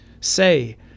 Say